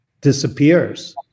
disappears